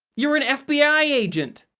you're an fbi agent!